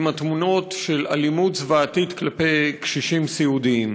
עם התמונות של אלימות זוועתית כלפי קשישים סיעודיים.